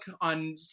on